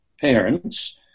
parents